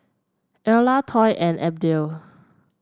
Erla Toy and Abdiel